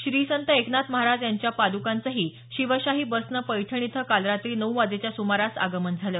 श्री संत एकनाथ महाराज यांच्या पादकांचही शिवशाही बसनं पैठण इथं काल रात्री नऊ वाजेच्या सुमारास आगमन झालं